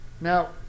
Now